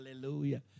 hallelujah